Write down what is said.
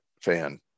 fan